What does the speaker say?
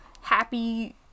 happy